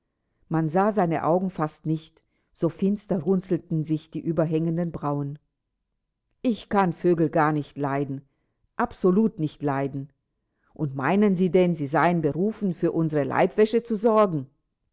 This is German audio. man sah seine augen fast nicht so finster runzelten sich die überhängenden brauen ich kann vögel gar nicht leiden absolut nicht leiden und meinen sie denn sie seien berufen für unsere leibwäsche zu sorgen